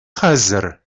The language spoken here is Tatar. хәзер